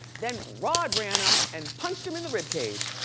then rod ran up and punched him in the ribcage.